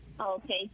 okay